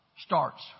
Starts